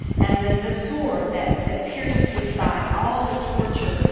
and the the sword that that pierced his side, all the torture,